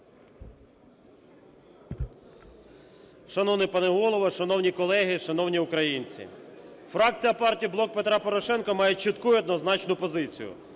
Шановний пане Голово! Шановні колеги! Шановні українці! Фракція партії "Блок Петра Порошенка" має чітку і однозначну позицію: